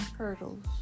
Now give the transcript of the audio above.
hurdles